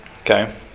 Okay